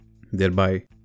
thereby